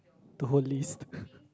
the whole list